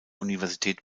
universität